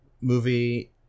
movie